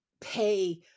pay